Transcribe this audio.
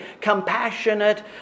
compassionate